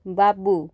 ବାବୁ